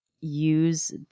use